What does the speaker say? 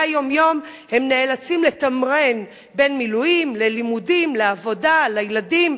היום-יום הם נאלצים לתמרן בין מילואים ללימודים לעבודה לילדים,